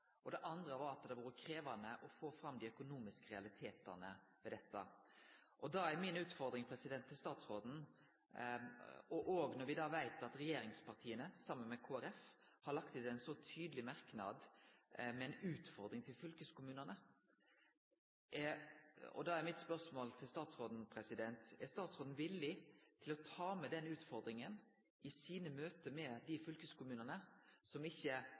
og det andre var at det har vore krevjande å få fram dei økonomiske realitetane ved dette. Når me veit at regjeringspartia saman med Kristeleg Folkeparti har lagt ut ein så tydeleg merknad med ei utfordring til fylkeskommunane, er mitt spørsmål til statsråden: Er statsråden villig til å ta med den utfordringa i sine møte med dei fylkeskommunane som ikkje